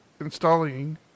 installing